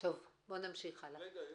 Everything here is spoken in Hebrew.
אני